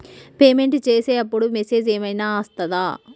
Payment చేసే అప్పుడు message ఏం ఐనా వస్తదా?